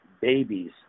babies